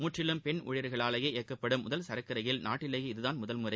முற்றிலும் பெண் ஊழியர்களாலேயே இயக்கப்படும் முதல் சரக்கு ரயில் நாட்டிலேயே இதுதான் முதல் முறை